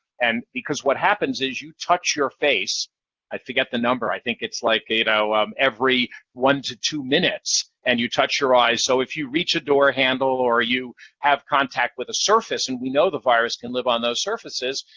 and because what happens is, you touch your face i forget the number, i think it's like um every one to two minutes and you touch your eyes, so if you reach a door handle or you have contact with a surface, and we know the virus can live on those surfaces,